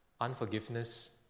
unforgiveness